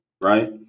right